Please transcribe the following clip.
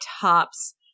tops